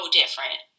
different